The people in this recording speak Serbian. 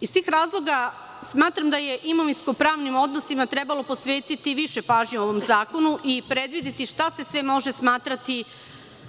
Iz tih razloga smatram da je imovinsko-pravnim odnosima trebalo posvetiti više pažnje u ovom zakonu i predvideti šta se sve može smatrati